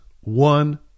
one